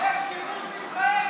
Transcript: יש כיבוש בישראל?